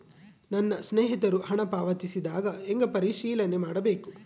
ನನ್ನ ಸ್ನೇಹಿತರು ಹಣ ಪಾವತಿಸಿದಾಗ ಹೆಂಗ ಪರಿಶೇಲನೆ ಮಾಡಬೇಕು?